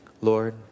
Lord